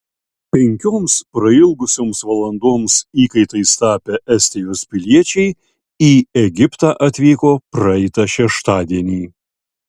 penkioms prailgusioms valandoms įkaitais tapę estijos piliečiai į egiptą atvyko praeitą šeštadienį